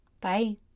Bye